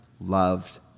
loved